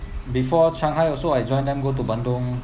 before shanghai also I join them go to bandung